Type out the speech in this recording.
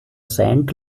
saint